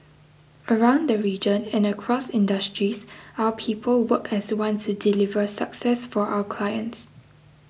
around the region and across industries our people work as one to deliver success for our clients